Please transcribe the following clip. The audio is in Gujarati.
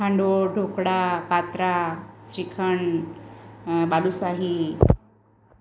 હાંડવો ઢોકળા પાતરા શીખંડ બાલુસાહી